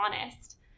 honest